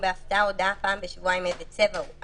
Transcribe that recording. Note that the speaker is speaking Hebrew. בהפתעה הודעה פעם בשבועיים איזה צבע הוא.